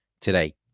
today